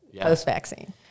post-vaccine